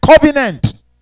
covenant